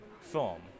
film